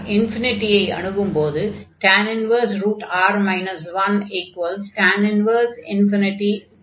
R ஐ அணுகும்போது R 1 ∞ 2